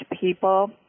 people